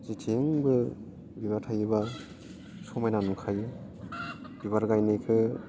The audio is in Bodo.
जेथिंबो बिबार थायोब्ला समायना नुखायो बिबार गायनायखो